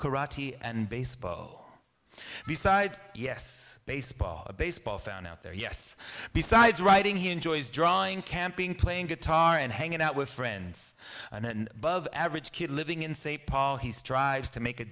karate and baseball besides yes baseball a baseball fan out there yes besides writing he enjoys drawing camping playing guitar and hanging out with friends and above average kid living in st paul he strives to make a